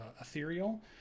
ethereal